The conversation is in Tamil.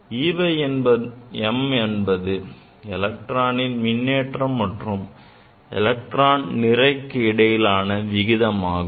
e by m என்பது எலக்ட்ரான் மின்னேற்றம் மற்றும் எலக்ட்ரான் நிறைக்கு இடையிலான விகிதமாகும்